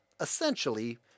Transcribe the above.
Essentially